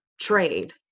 trade